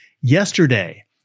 Yesterday